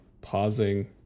pausing